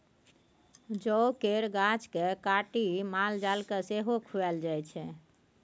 जौ केर गाछ केँ काटि माल जाल केँ सेहो खुआएल जाइ छै